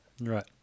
right